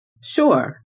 Sure